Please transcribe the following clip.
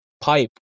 pipe